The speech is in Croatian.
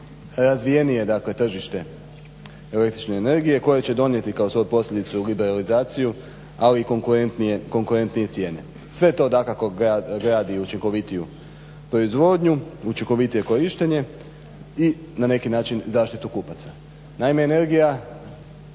razvijenije tržište električne energije koje će donijeti kao svoju posljedicu liberalizaciju ali i konkurentnije cijene. Sve je to dakako gradi učinkovitiju proizvodnju, učinkovitije korištenje i na neki način zaštitu kupaca. Naime energija